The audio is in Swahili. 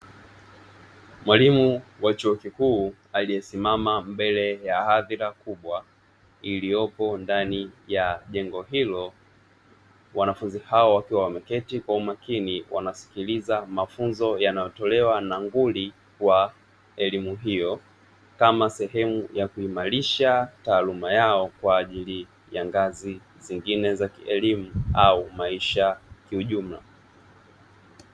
Mwalimu wa chuo kikuu aliyesimama mbele ya hadhira kubwa iliyopo ndani ya jengo hilo. Wanafunzi hao wakiwa wameketi kwa umakini wanasikiliza mafunzo yanayotolewa na nguli wa elimu, hiyo kama sehemu ya kuimarisha taaluma yao kwa ajili ya ngazi zingine za kielimu au maisha kiujumla.